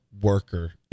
worker